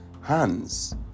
hands